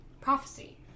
prophecy